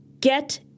Get